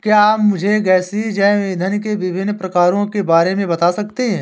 क्या आप मुझे गैसीय जैव इंधन के विभिन्न प्रकारों के बारे में बता सकते हैं?